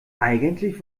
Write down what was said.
eigentlich